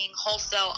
wholesale